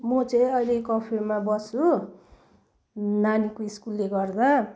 म चाहिँ अहिले कफेरमा बस्छु नानीको स्कुलले गर्दा